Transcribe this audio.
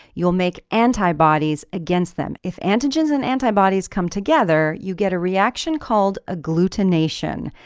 you'll make antibodies against them. if antigens and antibodies come together you get a reaction called agglutination.